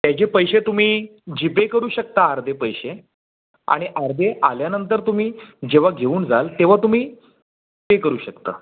त्याचे पैसे तुम्ही जीपे करू शकता अर्धे पैसे आणि अर्धे आल्यानंतर तुम्ही जेव्हा घेऊन जाल तेव्हा तुम्ही पे करू शकता